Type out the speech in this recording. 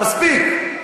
חבר הכנסת חזן, די, מספיק.